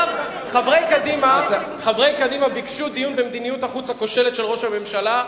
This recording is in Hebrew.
חברי קדימה ביקשו דיון במדיניות החוץ הכושלת של ראש הממשלה,